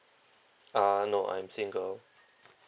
uh no I'm single